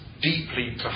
deeply